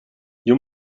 you